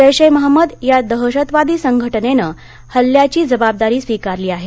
जैश ए महम्मद या दहशतवादी संघटनेनं हल्ल्याची जबाबदारी स्वीकारली आहे